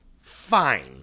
Fine